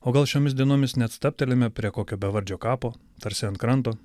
o gal šiomis dienomis net stabtelime prie kokio bevardžio kapo tarsi ant kranto